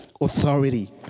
authority